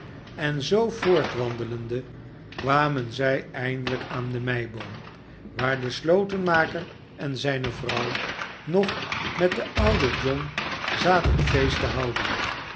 en zoo voortwandelende kwamen zij eindelijk aan de meiboom waar de slotenmaker en zijne vrouw nog met den ouden john zaten feest te houden